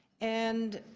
and